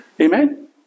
Amen